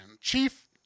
Chief